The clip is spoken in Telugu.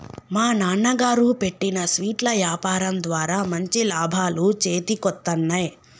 మా నాన్నగారు పెట్టిన స్వీట్ల యాపారం ద్వారా మంచి లాభాలు చేతికొత్తన్నయ్